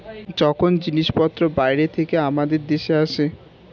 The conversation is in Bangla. যখন জিনিসপত্র বাইরে থেকে আমাদের দেশে আসে